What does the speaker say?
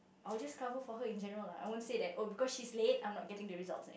I would just cover for her in general lah I won't say that oh because she's late I'm not getting the results